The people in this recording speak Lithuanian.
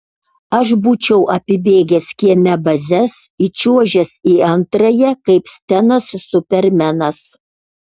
aš būčiau apibėgęs kieme bazes įčiuožęs į antrąją kaip stenas supermenas